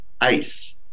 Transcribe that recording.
ICE